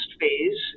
phase